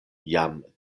jam